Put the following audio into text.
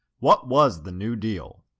what was the new deal?